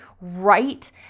right